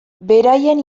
beraien